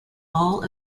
all